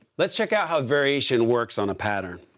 let's check out how variation works on a pattern.